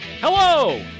Hello